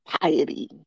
piety